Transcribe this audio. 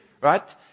right